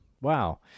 Wow